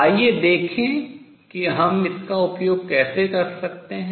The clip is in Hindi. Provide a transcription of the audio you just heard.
आइए देखें कि हम इसका उपयोग कैसे कर सकते हैं